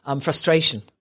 frustration